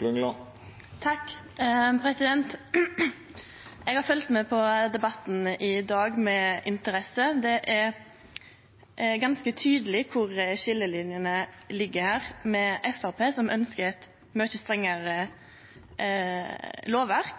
Eg har følgt med på debatten i dag med interesse. Det er ganske tydeleg kvar skiljelinjene ligg her, med Framstegspartiet, som ønskjer eit mykje strengare lovverk,